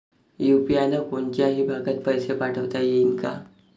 UPI न कोनच्याही भागात पैसे पाठवता येईन का?